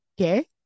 okay